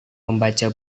membaca